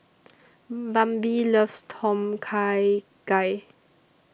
Bambi loves Tom Kha Gai